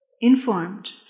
informed